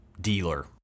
dealer